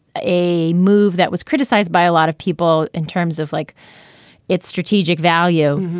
a move that was criticized by a lot of people in terms of like its strategic value.